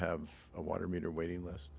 have a water meter waiting list